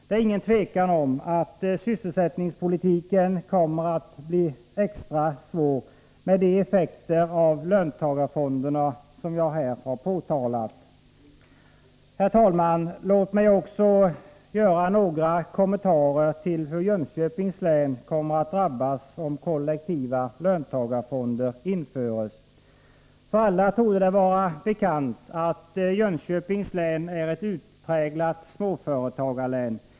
Det är inget tvivel om att sysselsättningspolitiken kommer att bli extra svår — med de effekter av löntagarfonderna som jag här har påtalat. Herr talman! Låt mig också göra några kommentarer till hur Jönköpings län kommer att drabbas om kollektiva löntagarfonder införs. För alla torde det vara bekant att Jönköpings län är ett utpräglat småföretagarlän.